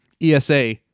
ESA